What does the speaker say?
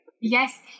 Yes